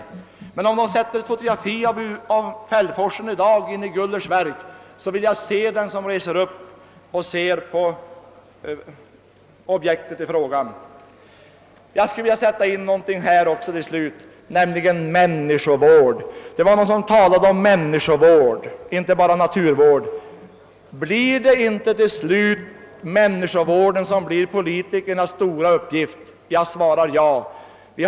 Om det i dag sätts ett fotografi av Fällforsen i Gullers” verk, så vill jag se minen hos den som kommer dit upp för att betrakta objektet i fråga! Jag skulle vilja sätta in någonting annat i sammanhanget också, nämligen människovården. Det var någon som talade om människovård — inte bara om naturvård. Blir det inte till slut människovården som blir politikernas stora uppgift? Jag svarar ja på den frågan.